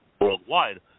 worldwide